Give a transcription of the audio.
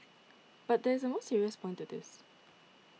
but there is a more serious point to this